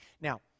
Now